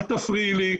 אל תפריעי לי.